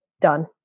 Done